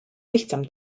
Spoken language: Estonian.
lihtsam